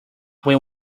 when